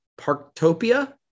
Parktopia